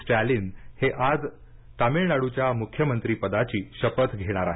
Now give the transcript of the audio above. स्टॅलिन हे आज आज तमिळनाडूच्या मुख्यमंत्रीपदाची शपथ घेणार आहेत